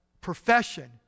profession